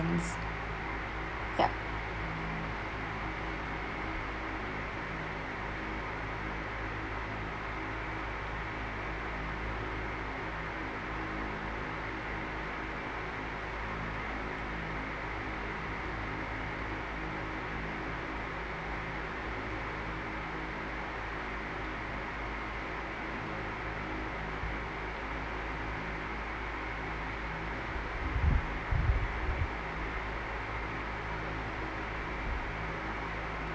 hands yup